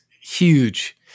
huge